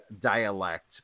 dialect